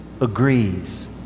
agrees